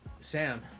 Sam